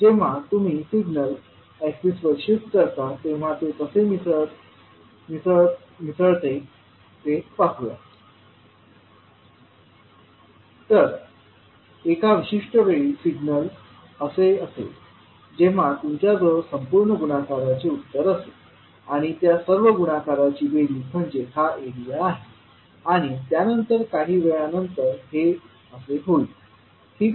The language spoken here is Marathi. जेव्हा तुम्ही सिग्नल एक्सिसवर शिफ्ट करता तेव्हा ते कसे मिसळते ते पाहूया तर एका विशिष्ट वेळी सिग्नल असे असेल तेव्हा तुमच्याजवळ संपूर्ण गुणाकाराचे उत्तर असेल आणि त्या सर्व गुणाकाराची बेरीज म्हणजे हा एरिया आहे आणि त्यानंतर काही वेळा नंतर हे असे होईल ठीक आहे